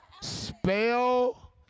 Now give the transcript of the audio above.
spell